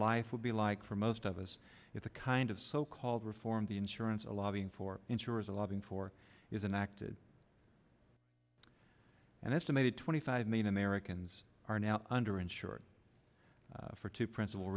life would be like for most of us if the kind of so called reform the insurance a lobbying for insurers are lobbying for isn't acted and estimated twenty five million americans are now under insured for two principal